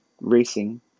Racing